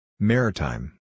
Maritime